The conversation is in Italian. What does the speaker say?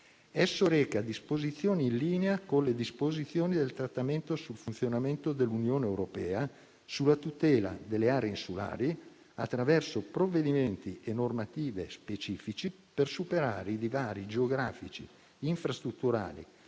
Esso reca disposizioni in linea con le disposizioni del Trattato sul funzionamento dell'Unione europea sulla tutela delle aree insulari, attraverso provvedimenti e normative specifici per superare i divari geografici, infrastrutturali